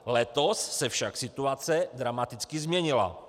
Letos se však situace dramaticky změnila.